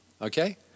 Okay